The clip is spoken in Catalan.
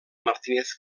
martínez